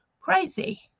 crazy